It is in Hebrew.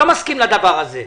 אני לא מסכים לדבר הזה.